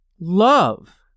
love